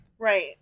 Right